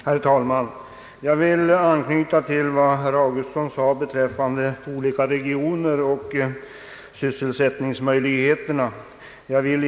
Herr talman! Jag vill anknyta till vad herr Augustsson sade beträffande sysselsättningsmöjligheterna i olika regioner.